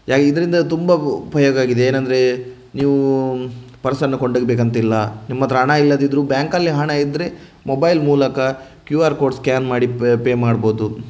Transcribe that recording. ಇದರಿಂದ ತುಂಬ ಉಪಯೋಗ ಆಗಿದೆ ಏನೆಂದರೆ ನೀವು ಪರ್ಸನ್ನು ಕೊಂಡೋಗಬೇಕಂತ ಇಲ್ಲ ನಿಮ್ಮ ಹತ್ತಿರ ಹಣ ಇಲ್ಲದಿದ್ದರೂ ಬ್ಯಾಂಕಲ್ಲಿ ಹಣ ಇದ್ದರೆ ಮೊಬೈಲ್ ಮೂಲಕ ಕ್ಯೂ ಆರ್ ಕೋಡ್ ಸ್ಕ್ಯಾನ್ ಮಾಡಿ ಪೇ ಮಾಡಬಹುದು